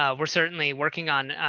ah we're certainly working on,